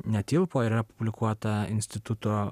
netilpo yra publikuota instituto